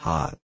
Hot